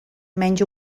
menys